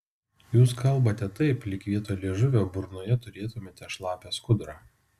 jūs kalbate taip lyg vietoj liežuvio burnoje turėtumėte šlapią skudurą